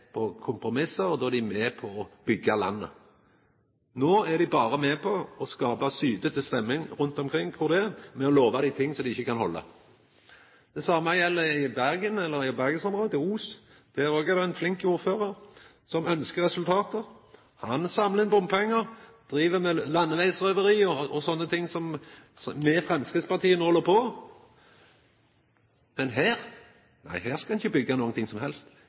Framstegspartiet har makt. Då er dei med på kompromiss, og då er dei med på å byggja landet. No er dei berre med på å skapa ei sytete stemning rundt omkring ved å lova ting dei ikkje kan halda. Det same gjeld i bergensområdet – Os. Der òg er det ein flink ordførar som ønskjer resultat. Han samlar inn bompengar – driv med landevegsrøveri og slike ting som Framstegspartiet meiner ein held på med. Men her skal ein ikkje byggja noko som helst. Her skal